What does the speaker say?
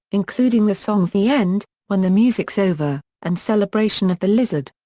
including the songs the end, when the music's over, and celebration of the lizard.